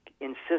insist